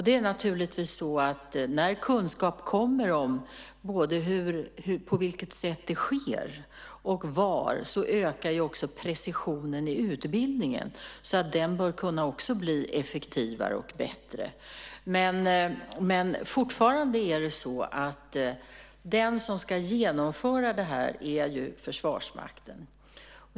Det är naturligtvis så att när kunskap kommer om både på vilket sätt det sker och var ökar också precisionen i utbildningen. Den bör alltså kunna bli effektivare och bättre. Men fortfarande är det så att de som ska genomföra det här är Försvarsmakten.